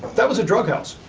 that was a drug house,